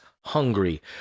hungry